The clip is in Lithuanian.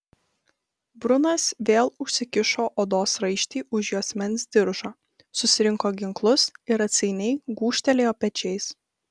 brunas vėl užsikišo odos raištį už juosmens diržo susirinko ginklus ir atsainiai gūžtelėjo pečiais